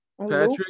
Patrick